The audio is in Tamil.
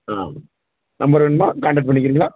ஆ நம்பர் வேணுமா கான்டக்ட் பண்ணிக்கிறீங்களா